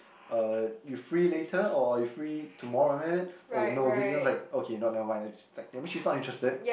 uh you free later or you free tomorrow someting like that oh no busy then I was like okay not never mind like just that means she's not interested